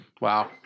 Wow